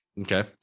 Okay